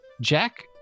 Jack